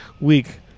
week